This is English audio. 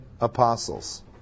apostles